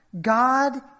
God